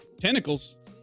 Tentacles